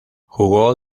jugó